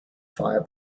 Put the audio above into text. fire